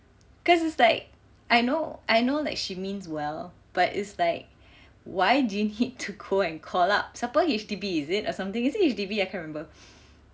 cause it's like I know I know like she means well but it's like why do you need to go and call up siapa H_D_B is it or something is it H_D_B I can't remember